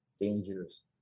Dangerous